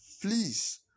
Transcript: Please